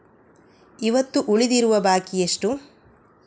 ಇವತ್ತು ಉಳಿದಿರುವ ಬಾಕಿ ಎಷ್ಟು?